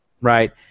Right